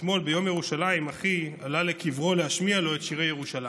שאתמול ביום ירושלים אחי עלה לקברו להשמיע לו את שירי ירושלים.